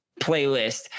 playlist